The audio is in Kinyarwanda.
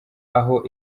aho